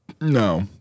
No